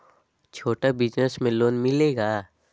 छोटा बिजनस में लोन मिलेगा?